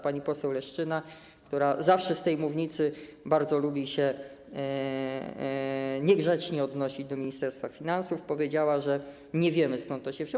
Pani poseł Leszczyna, która zawsze z tej mównicy bardzo lubi się niegrzecznie odnosić do przedstawicieli Ministerstwa Finansów, powiedziała, że nie wiemy, skąd to się wzięło.